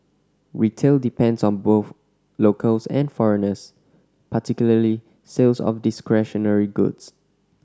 retail depends on both locals and foreigners particularly sales of discretionary goods